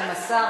12,